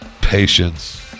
patience